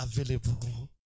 available